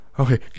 Okay